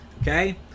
Okay